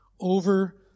over